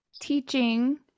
teaching